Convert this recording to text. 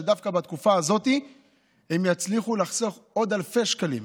שדווקא בתקופה הזאת יצליחו לחסוך עוד אלפי שקלים.